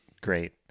great